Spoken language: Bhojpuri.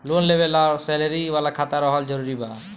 लोन लेवे ला सैलरी वाला खाता रहल जरूरी बा?